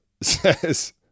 says